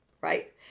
right